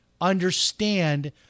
understand